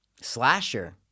Slasher